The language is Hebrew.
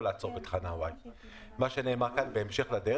קריטי, קריטי מאוד.